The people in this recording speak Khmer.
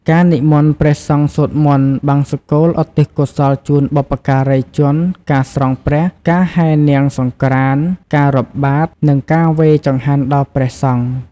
ការនិមន្តព្រះសង្ឃសូត្រមន្ត បង្សុកូលឧទ្ទិសកុសលជូនបុព្វការីជន ការស្រង់ព្រះ ការហែរនាងសង្ក្រាន្ត ការរាប់បាត្រ និងការវេរចង្ហាន់ដល់ព្រះសង្ឃ។